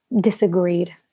disagreed